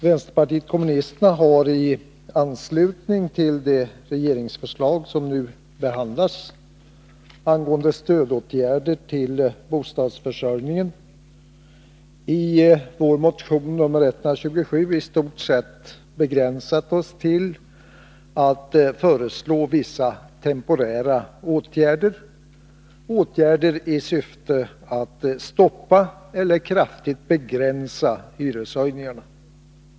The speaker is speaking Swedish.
Vänsterpartiet kommunisterna har i anslutning till de Fredagen den regeringsförslag som nu behandlas angående stödåtgärder till bostadsförsörj — 17 december 1982 ningen i motion nr 127 i stort sett begränsat sig till att föreslå vissa temporära åtgärder, som har till syfte att stoppa eller kraftigt begränsa hyreshöjningarna.